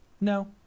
No